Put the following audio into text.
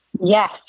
Yes